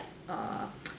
uh